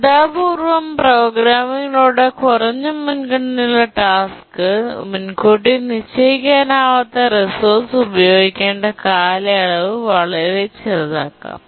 ശ്രദ്ധാപൂർവ്വം പ്രോഗ്രാമിംഗിലൂടെ കുറഞ്ഞ മുൻഗണനയുള്ള ടാസ്ക് മുൻകൂട്ടി നിശ്ചയിക്കാനാവാത്ത റിസോഴ്സ് ഉപയോഗിക്കേണ്ട കാലയളവ് വളരെ ചെറുതാക്കാം